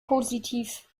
positiv